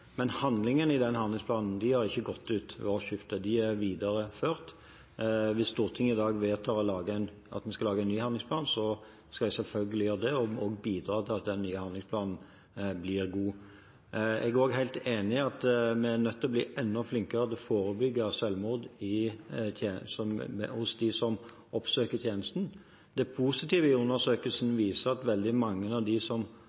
Men handlingene i den handlingsplanen gikk ikke ut ved årsskiftet, de er videreført. Hvis Stortinget i dag vedtar at vi skal lage en ny handlingsplan, skal jeg selvfølgelig gjøre det og bidra til at den nye handlingsplanen blir god. Jeg er også helt enig i at vi er nødt til å bli enda flinkere til å forebygge selvmord hos dem som oppsøker tjenesten. Det positive i undersøkelsen er at veldig mange av dem som